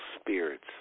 spirits